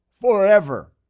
Forever